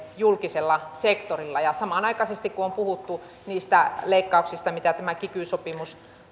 julkisella sektorilla ja kun on samanaikaisesti puhuttu niistä leikkauksista mitä tämä kiky sopimus